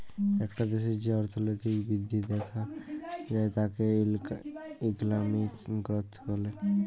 একটা দ্যাশের যে অর্থলৈতিক বৃদ্ধি দ্যাখা যায় তাকে ইকলমিক গ্রথ ব্যলে